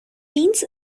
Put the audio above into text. means